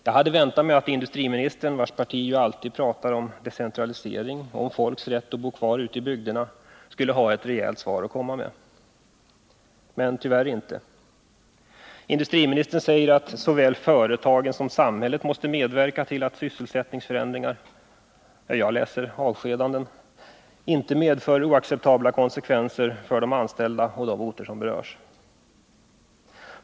Jag hade väntat mig att industriministern, vars parti alltid pratar om decentralisering och om folks rätt att bo kvar ute i bygderna, skulle ha ett rejält svar att komma med, men tyvärr blev det inte så. Industriministern säger bara att såväl företagen som samhållet måste medverka till att sysselsättningsförändringar — eller, som jag läser det: avskedanden — inte medför oacceptabla konsekvenser för de anställda och de orter som berörs.